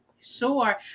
sure